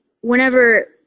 whenever